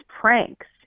pranks